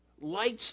Lights